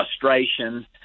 frustration